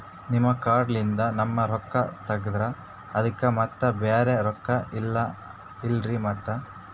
ನಿಮ್ ಕಾರ್ಡ್ ಲಿಂದ ನಮ್ ರೊಕ್ಕ ತಗದ್ರ ಅದಕ್ಕ ಮತ್ತ ಬ್ಯಾರೆ ರೊಕ್ಕ ಇಲ್ಲಲ್ರಿ ಮತ್ತ?